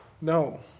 No